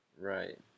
Right